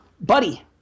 Buddy